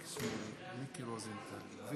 ואחר כך, למה הרשימה לא מסודרת?